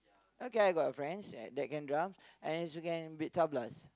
okay I got a friends that can drum and she can beat tablas